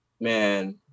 man